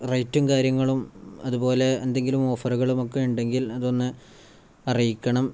റേറ്റും കാര്യങ്ങളും അതുപോലെ എന്തെങ്കിലും ഓഫറുകളും ഒക്കെ ഇണ്ടെങ്കിൽ അതൊന്ന് അറിയിക്കണം